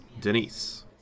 Denise